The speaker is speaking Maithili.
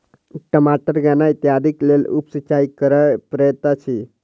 टमाटर गन्ना इत्यादिक लेल उप सिचाई करअ पड़ैत अछि